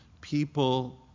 people